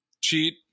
cheat